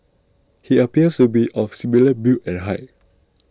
he appears to be of similar build and height